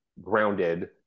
grounded